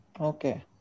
Okay